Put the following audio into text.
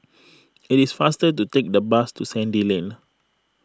it is faster to take the bus to Sandy Lane